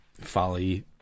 folly